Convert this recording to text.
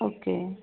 okay